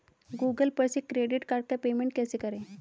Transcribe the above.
Google पर से credit card का पेमेंट कैसे करें?